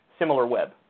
SimilarWeb